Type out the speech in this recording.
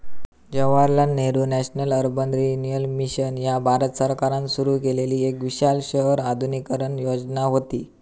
Jawaharlal Nehru national urban renewal mission ह्या भारत सरकारान सुरू केलेली एक विशाल शहर आधुनिकीकरण योजना व्हती